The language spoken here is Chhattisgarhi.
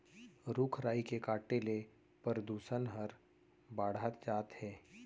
रूख राई के काटे ले परदूसन हर बाढ़त जात हे